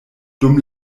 dum